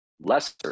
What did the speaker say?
lesser